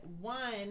one